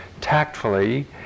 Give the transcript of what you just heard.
tactfully